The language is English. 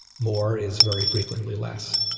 more is very frequently less